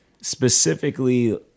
specifically